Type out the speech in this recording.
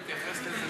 מתייחס לזה,